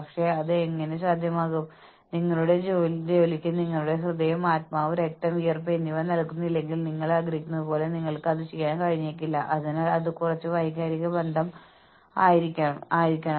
അതിനാൽ ഇതെല്ലാം ബാഹ്യമായി നയിക്കപ്പെടുന്നു അത് ചെയ്യാൻ നിങ്ങൾക്ക് തോന്നുന്നില്ല നിങ്ങൾ ചെയ്യാൻ ആഗ്രഹിക്കുന്നതിന് പകരം നിങ്ങൾക്ക് പ്രതിഫലം ലഭിക്കുന്നത് മാത്രമേ നിങ്ങൾക്ക് ലഭിക്കൂ എന്ന് നിങ്ങൾക്കറിയാം